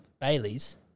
Bailey's